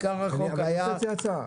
אני רוצה להציע הצעה.